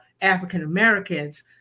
African-Americans